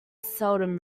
seldom